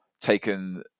taken